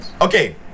okay